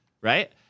right